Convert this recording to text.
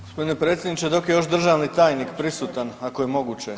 Gospodine predsjedniče dok je još državni tajnik prisutan ako je moguće.